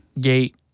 gate